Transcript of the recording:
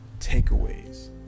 takeaways